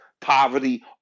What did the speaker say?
poverty